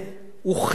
הוא בושה,